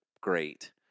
great